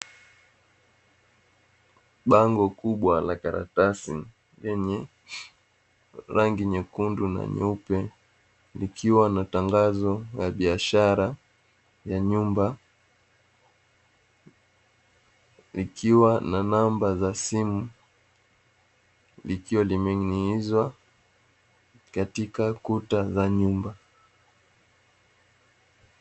Bango kubwa la karatasi lenye rangi nyekundu na nyeupe likiwa na tangazo la biashara ya nyumba. Likiwa na namba za simu, likiwa limening’inizwa katika kuta za nyumba.